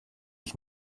ich